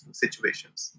situations